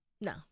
No